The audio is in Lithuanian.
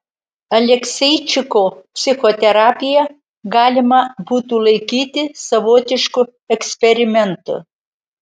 alekseičiko psichoterapiją galima būtų laikyti savotišku eksperimentu